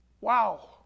Wow